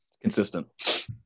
Consistent